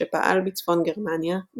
שפעל בצפון גרמניה,